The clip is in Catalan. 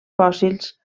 fòssils